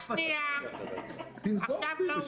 תנזוף בי.